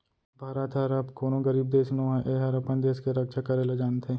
भारत हर अब कोनों गरीब देस नो हय एहर अपन देस के रक्छा करे ल जानथे